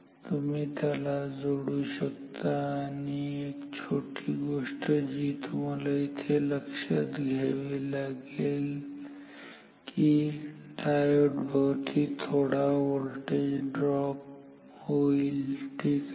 तुम्ही त्याला जोडू शकता आणि एक छोटी गोष्ट जी तुम्हाला येथे लक्षात घ्यावी लागेल की डायोड भवती थोडा व्होल्टेज ड्रॉप होईल ठीक आहे